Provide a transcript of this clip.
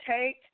take –